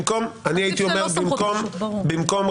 במקום לכתוב "רשאית",